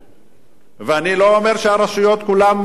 ואני לא אומר שהרשויות כולן, אתה יודע,